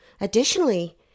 Additionally